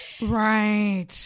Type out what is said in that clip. Right